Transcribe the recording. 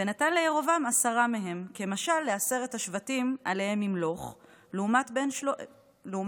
ונתן לירבעם עשרה מהם כמשל לעשרת השבטים שעליהם ימלוך לעומת שלמה,